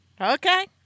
Okay